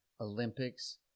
Olympics